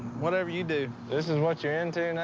whatever you do? this is what you're into